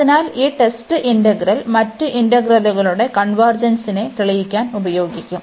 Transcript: അതിനാൽ ഈ test integral മറ്റ് ഇന്റഗ്രലുകളുടെ കൺവെർജെൻസിനെ തെളിയിക്കാൻ ഉപയോഗിക്കും